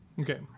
Okay